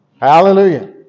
Hallelujah